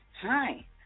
Hi